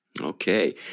Okay